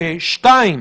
חוק לביטול?